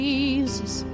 Jesus